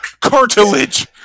cartilage